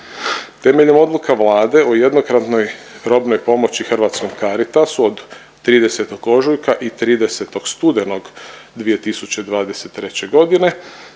Temeljem odluka Vlade o jednokratnoj robnoj pomoći Hrvatskom Caritasu od 30. ožujka i 30. studenog 2023.g.,